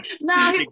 No